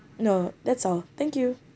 no that's all thank you